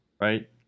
right